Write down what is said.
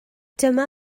dyma